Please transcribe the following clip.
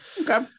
Okay